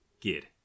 Gid